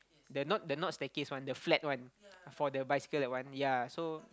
the not the not staircase one the flat one for the bicycle that one yea so